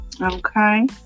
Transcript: Okay